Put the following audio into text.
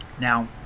Now